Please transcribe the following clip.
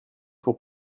pour